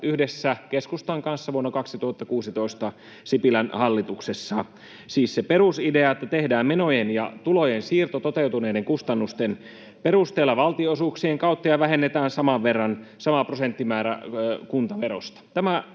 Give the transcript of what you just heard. yhdessä keskustan kanssa vuonna 2016 Sipilän hallituksessa, siis se perusidea, että tehdään menojen ja tulojen siirto toteutuneiden kustannusten perusteella [Sinuhe Wallinheimon välihuuto] valtionosuuksien kautta ja vähennetään saman verran, sama prosenttimäärä, kuntaverosta.